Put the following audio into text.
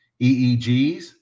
EEGs